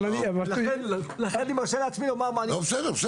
לכן אני מרשה לעצמי לומר מה אני --- בסדר.